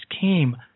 came